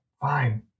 Fine